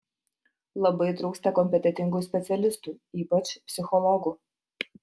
labai trūksta kompetentingų specialistų ypač psichologų